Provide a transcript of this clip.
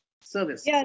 service